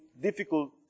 difficult